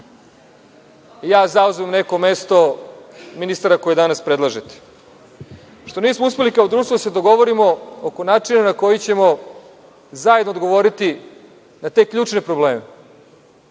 da ja zauzmem neko mesto ministara koje danas predlažete, nego što nismo uspeli kao društvo da se dogovorimo oko načina na koji ćemo zajedno odgovoriti na te ključne probleme,